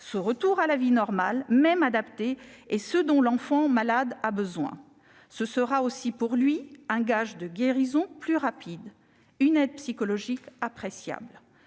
Ce retour à la vie « normale », même adaptée, est ce dont l'enfant malade a besoin. Ce sera aussi pour lui un gage de guérison plus rapide, une aide psychologique appréciable.